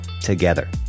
together